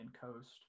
coast